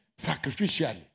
sacrificially